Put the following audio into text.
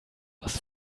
was